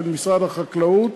של משרד החקלאות,